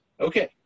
Okay